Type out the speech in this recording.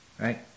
Right